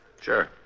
Sure